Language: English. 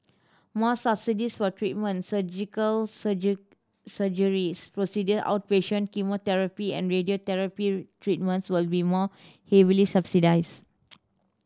more subsidies for treatment Surgical surgeries procedure outpatient chemotherapy and radiotherapy treatments will be more heavily subsidised